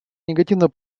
негативно